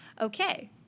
Okay